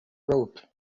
robe